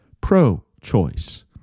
pro-choice